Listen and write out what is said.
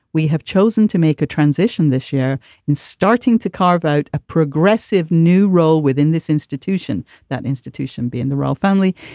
we have chosen to make a transition this year in starting to carve out a progressive new role within this institution, that institution b in the royal family.